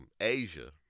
Asia